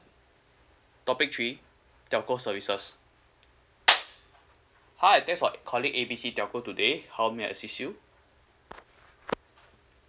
topic three telco services hi thanks for calling A B C telco today how may I assist you